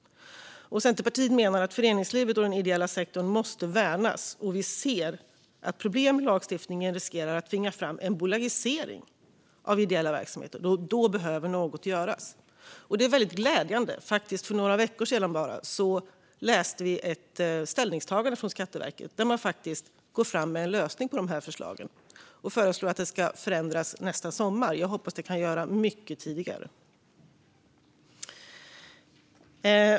Centerpartiet menar att föreningslivet och den ideella sektorn måste värnas, och vi ser att problem i lagstiftningen riskerar att tvinga fram en bolagisering av ideella verksamheter. Då behöver något göras. Det finns något som är väldigt glädjande. För bara några veckor sedan läste vi ett ställningstagande från Skatteverket där man kommer med en lösning på förslagen. Man föreslår att det ska förändras nästa sommar, men jag hoppas att det kan göras mycket tidigare.